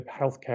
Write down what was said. healthcare